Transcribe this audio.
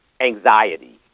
anxiety